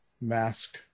mask